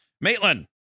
Maitland